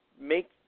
make